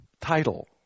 title